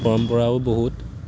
পৰম্পৰাও বহুত